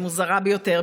היא מוזרה ביותר,